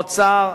האוצר,